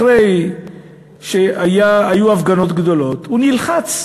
אחרי שהיו הפגנות גדולות הוא נלחץ,